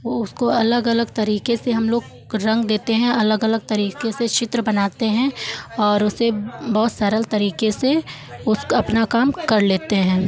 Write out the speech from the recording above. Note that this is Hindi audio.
उसको अलग अलग तरीके से हम लोग रंग देते हैं अलग अलग तरीके से चित्र बनाते हैं और उसे बहुत सरल तरीके से उसका अपना काम कर लेते हैं